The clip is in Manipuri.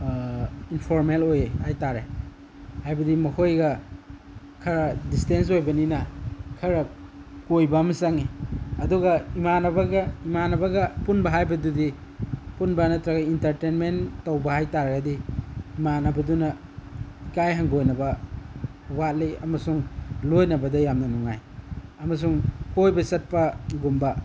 ꯏꯟꯐꯣꯔꯃꯦꯜ ꯑꯣꯏ ꯍꯥꯏꯇꯔꯦ ꯍꯥꯏꯕꯗꯤ ꯃꯈꯣꯏꯒ ꯈꯔ ꯗꯤꯁꯇꯦꯟꯁ ꯑꯣꯏꯕꯅꯤꯅ ꯈꯔ ꯀꯣꯏꯕ ꯑꯃ ꯆꯪꯏ ꯑꯗꯨꯒ ꯏꯃꯥꯟꯅꯕꯒ ꯄꯨꯟꯕ ꯍꯥꯏꯕꯗꯨꯗꯤ ꯄꯨꯟꯕ ꯅꯠꯇ꯭ꯔꯒ ꯏꯟꯇꯔꯇꯦꯟꯃꯦꯟ ꯇꯧꯕ ꯍꯥꯏꯇꯔꯗꯤ ꯏꯃꯥꯟꯅꯕꯗꯨꯅ ꯏꯀꯥꯏ ꯍꯪꯒꯣꯏꯅꯕ ꯋꯥꯠꯂꯤ ꯑꯃꯁꯨꯡ ꯂꯣꯏꯅꯕꯗ ꯌꯥꯝꯅ ꯅꯨꯡꯉꯥꯏ ꯑꯃꯁꯨꯡ ꯀꯣꯏꯕ ꯆꯠꯄꯒꯨꯝꯕ